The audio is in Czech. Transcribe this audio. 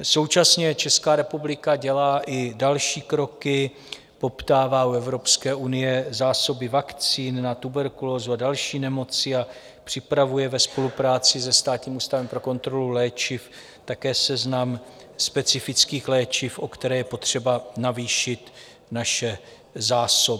Současně Česká republika dělá i další kroky, poptá u Evropské unie zásoby vakcín na tuberkulózu a další nemoci a připravuje ve spolupráci se Státním ústavem pro kontrolu léčiv také seznam specifických léčiv, o které je potřeba navýšit naše zásoby.